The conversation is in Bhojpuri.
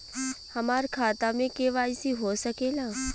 हमार खाता में के.वाइ.सी हो सकेला?